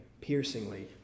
piercingly